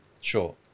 Sure